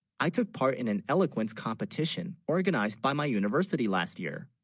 i? took, part in an eloquence competition organised, by, my university last, year